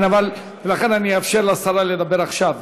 כן, לכן אני אאפשר לשרה לדבר עכשיו.